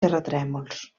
terratrèmols